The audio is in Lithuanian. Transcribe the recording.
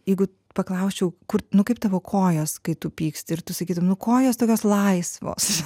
jeigu paklausčiau kur nu kaip tavo kojos kai tu pyksti ir tu sakytum nu kojos tokios laisvos